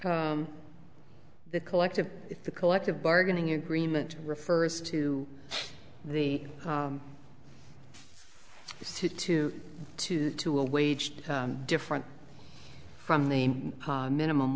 the collective if the collective bargaining agreement refers to the two two two two a waged different from the minimum